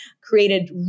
created